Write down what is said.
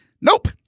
Nope